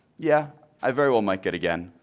yeah, i very well might get again,